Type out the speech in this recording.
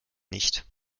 nicht